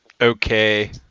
okay